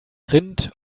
rind